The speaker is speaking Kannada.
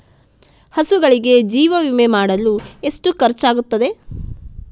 ಹಸುಗಳಿಗೆ ಜೀವ ವಿಮೆ ಮಾಡಲು ಎಷ್ಟು ಖರ್ಚಾಗುತ್ತದೆ?